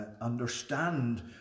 understand